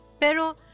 Pero